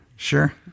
Sure